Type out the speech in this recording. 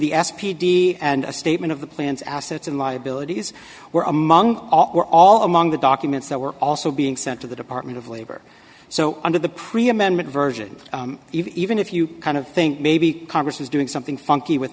the s p d and a statement of the plans assets and liabilities were among all among the documents that were also being sent to the department of labor so under the preeminent version even if you kind of think maybe congress is doing something funky with